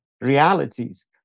realities